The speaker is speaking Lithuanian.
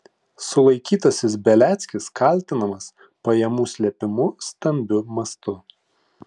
sulaikytasis beliackis kaltinamas pajamų slėpimu stambiu mastu